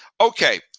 Okay